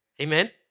Amen